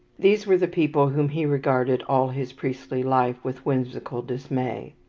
these were the people whom he regarded all his priestly life with whimsical dismay.